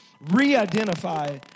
re-identify